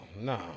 no